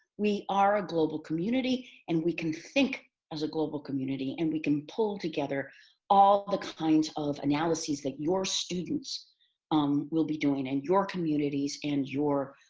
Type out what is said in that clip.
we are a global community and we can think as a global community and we can pull together all the kinds of analyses that your students um will be doing in and your communities and your